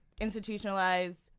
institutionalized